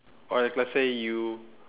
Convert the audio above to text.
or if let's say you